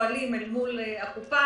ופועלים אל מול הקופה.